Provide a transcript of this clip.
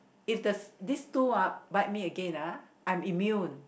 if the this two ah bite me again ah I'm immune